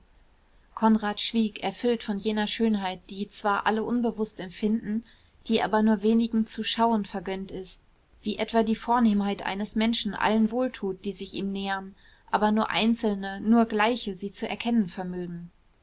konrad schwieg erfüllt von jener schönheit die zwar alle unbewußt empfinden die aber nur wenigen zu schauen vergönnt ist wie etwa die vornehmheit eines menschen allen wohltut die sich ihm nähern aber nur einzelne nur gleiche sie zu erkennen vermögen